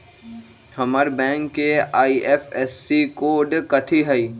हमर बैंक के IFSC code कथि हई?